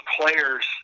players